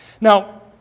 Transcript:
Now